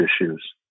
issues